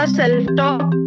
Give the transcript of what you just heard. self-talk